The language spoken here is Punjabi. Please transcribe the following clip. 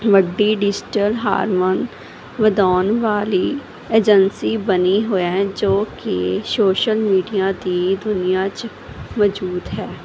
ਵੱਡੀ ਡਿਜੀਟਲ ਹਾਰਮੋਨੀ ਵਧਾਉਣ ਵਾਲੀ ਏਜੰਸੀ ਬਣੀ ਹੋਇਆ ਜੋ ਕਿ ਸੋਸ਼ਲ ਮੀਡੀਆ ਦੀ ਦੁਨੀਆਂ 'ਚ ਮੌਜੂਦ ਹੈ